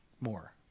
more